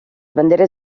banderes